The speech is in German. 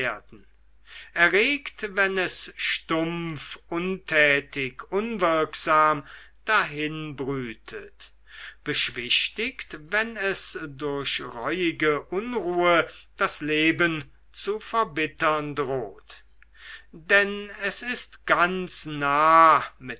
erregt wenn es stumpf untätig unwirksam dahinbrütet beschwichtigt wenn es durch reuige unruhe das leben zu verbittern droht denn es ist ganz nah